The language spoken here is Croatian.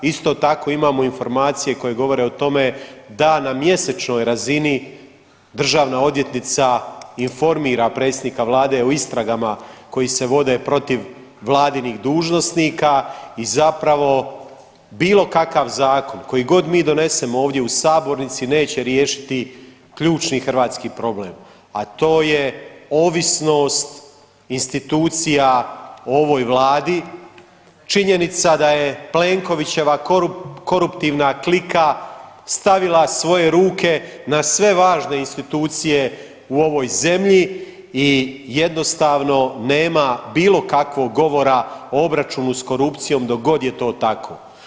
Isto tako imamo informacije koje govore o tome da na mjesečnoj razini državna odvjetnica informira predsjednika vlade o istragama koji se vode protiv vladinih dužnosnika i zapravo bilo kakav zakon koji god mi donesemo ovdje u sabornici neće riješiti ključni hrvatski problem, a to je ovisnost institucija o ovoj vladi, činjenica da je Plenkovićeva koruptivna klika stavila svoje ruke na sve važne institucije u ovoj zemlji i jednostavno nema bilo kakvog govora o obračunu s korupcijom dok god je to tako.